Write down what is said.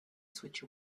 switch